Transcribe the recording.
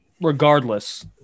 regardless